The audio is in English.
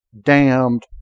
damned